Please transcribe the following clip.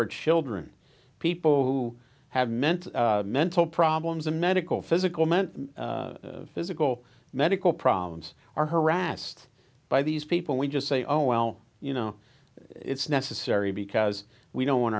are children people who have meant mental problems a medical physical meant physical medical problems are harassed by these people we just say oh well you know it's necessary because we don't want